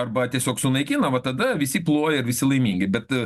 arba tiesiog sunaikina va tada visi ploja visi laimingi bet